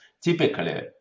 typically